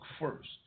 first